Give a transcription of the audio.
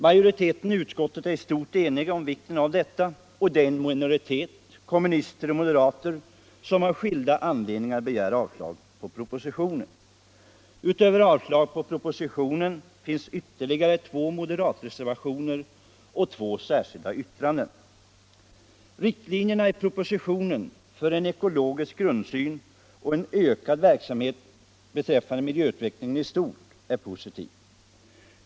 Majoriteten i utskottet är i stort enig om vikten av detta, och det är minoriteten — bestående av kommunister och moderater — som av skilda anledningar begär avslag på propositionen. Utöver detta avslagsyrkande finns ytterligare två moderatreservationer och två särskilda yttranden. Riktlinjerna i propositionen är grundläggande för en ekologisk grundsyn och en ökad verksamhet beträffande miljöutvecklingen i stort.